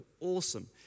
awesome